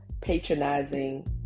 patronizing